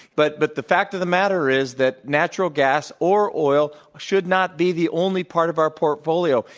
but but the fact of the matter is that natural gas or oil should not be the only part of our portfolio.